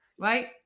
right